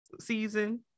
season